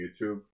youtube